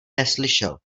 neslyšel